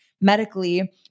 medically